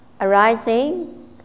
arising